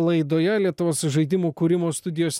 laidoje lietuvos žaidimų kūrimo studijos